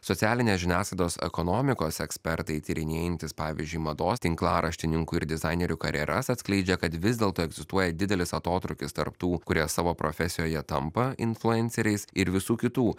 socialinės žiniasklaidos ekonomikos ekspertai tyrinėjantys pavyzdžiui mados tinklaraštininkų ir dizainerių karjeras atskleidžia kad vis dėlto egzistuoja didelis atotrūkis tarp tų kurie savo profesijoje tampa influenceriais ir visų kitų